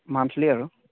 monthly আৰু